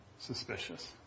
suspicious